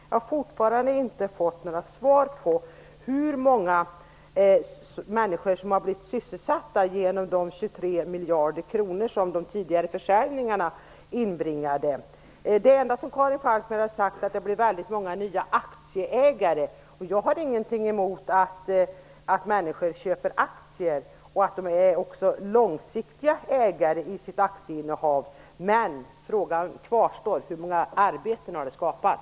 Jag har fortfarande inte fått några svar på hur många människor som har blivit sysselsatta genom de 23 miljarder kronor som de tidigare försäljningarna inbringade. Det enda Karin Falkmer har sagt är att det blev väldigt många nya aktieägare. Jag har ingenting emot att människor köper aktier och att de är långsiktiga i sitt aktieinnehav, men frågan kvarstår: Hur många arbeten har detta skapat?